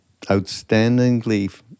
outstandingly